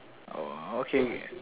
oh okay